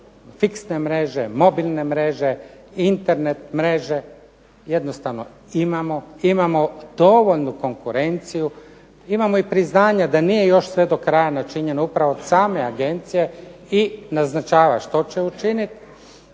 fiksne mreže, mobilne mreže, internet mreže. Jednostavno imamo dovoljnu konkurenciju. Imamo i priznanja da nije još sve do kraja načinjeno upravo od same agencije i naznačava što će učiniti,